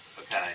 okay